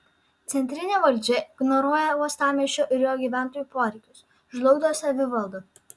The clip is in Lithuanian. centrinė valdžia ignoruoja uostamiesčio ir jo gyventojų poreikius žlugdo savivaldą